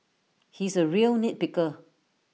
he is A real nit picker